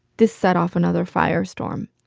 this set off another firestorm.